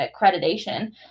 accreditation